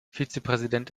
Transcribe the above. vizepräsident